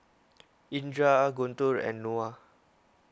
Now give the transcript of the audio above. Indra Guntur and Noah